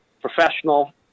professional